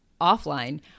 offline